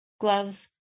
gloves